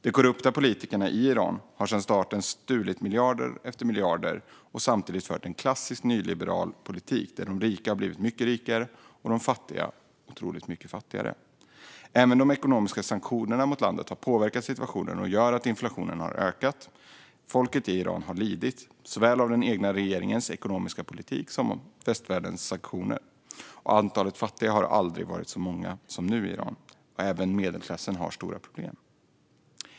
De korrupta politikerna i Iran har sedan starten stulit miljarder och samtidigt fört en klassisk nyliberal politik, där de rika har blivit mycket rikare och de fattiga otroligt mycket fattigare. Även de ekonomiska sanktionerna mot landet har påverkat situationen och gjort att inflationen har ökat. Folket i Iran har lidit av såväl den egna regeringens ekonomiska politik som västvärldens sanktioner. Antalet fattiga i Iran har aldrig varit så stort som nu, och även medelklassen har stora problem.